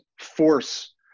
force